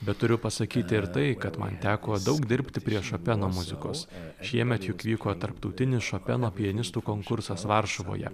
bet turiu pasakyti ir tai kad man teko daug dirbti prie šopeno muzikos šiemet juk vyko tarptautinis šopeno pianistų konkursas varšuvoje